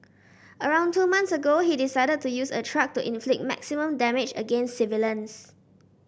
around two months ago he decided to use a truck to inflict maximum damage against civilians